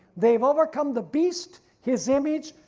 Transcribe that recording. they have overcome the beast, his image,